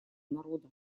народа